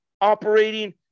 operating